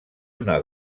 una